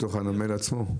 בנמל עצמו?